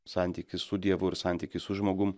santykis su dievu ir santykis su žmogum